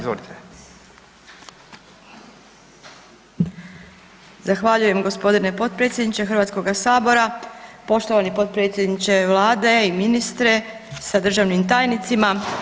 Zahvaljujem gospodine potpredsjedniče Hrvatskoga sabora, poštovani potpredsjedniče Vlade i ministre sa državnim tajnicima.